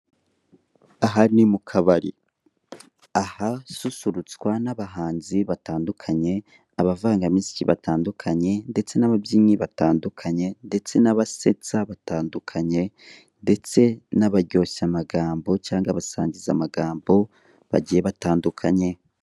Aha ni mu kabari, ahasusurutswa n'abahanzi batandukanye, abavangamiziki batandukanye, ndetse n'ababyinnyi batandukanye, ndetse n'abasetsa batandukanye, ndetse n'abaryoshyamagambo cyangwa abasangizamagambo bagiye batandukanye.